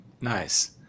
Nice